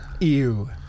Ew